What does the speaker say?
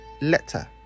letter